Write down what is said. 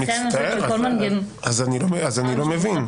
אני מצטער, אני לא מבין.